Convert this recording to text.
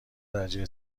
درجه